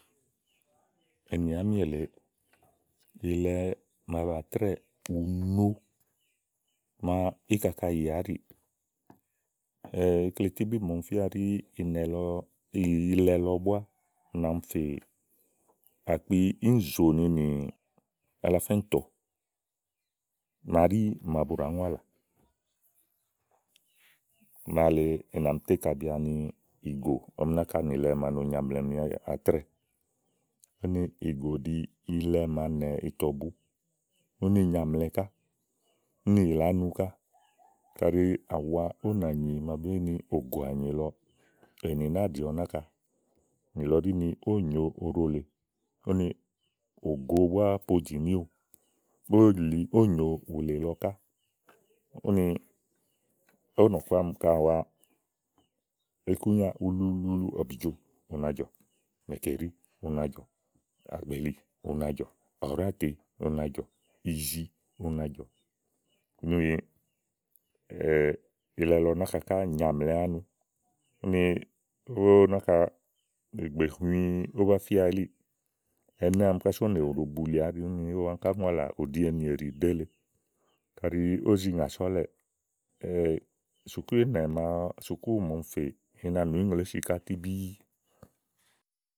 ènì àámi èle, ilɛ màa bàa trɛ́ɛ, ù no màa íkaka yìià áɖii ikle tíbí màa ɔmi fía ɖí ilɛ lɔ búá nà mi fè àkpli íìnzòòni nì alafá íintɔ màa ɖi màa bu ɖàá ŋualã, ì nà mi to íkabì ani ìgò ɔmi náka nìlɛ màa na nya àmlɛmi atrɛ́ɛ̀. úni ìgò ɖiì ilɛ màa nɛ ìtɔ bu, úni nyaàmlɛ ká, úni yìlè ánuká. Kàɖi à wa ówò nànyì màa bèé yi ni ògò ànyì lɔ̀ɔ, èni nàáa ɖí ɔwɛ náka nìlɔ ɖi ni ówò nyòo ɖo lèe úni ògo búá podìnìówò ówò nyòo ùlè lɔ ká úni ówò nɔ̀ku ámi ka à waa, ikúnya ulu uluulu búá, ɔ̀bìjo una jɔ mèkèɖì u na jɔ, ɔ̀ɖátèe u na jɔ, izì, una jɔ nì ilɛ lɔ náka ká nyaàmlɛ ánu úni ówo nèwù ɖòo bu lià áɖi kása ówowa áŋká ŋúálã, ù ɖi ènìeɖì ɖèé le kaɖi ówò òó zi nà so ɔ̀lɛ̀ɛ̀. sùkúù ìnɛ, sùkúù màa ɔmi fèè, ina nù íŋlèésì ká tíbíí.